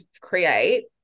create